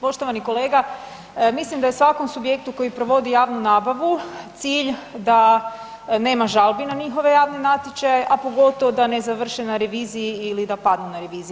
Poštovani kolega, mislim da je svakom subjektu koji provodi javnu nabavu cilj da nema žalbi na njihove javne natječaje, a pogotovo da ne završe na reviziji ili da padnu na reviziji.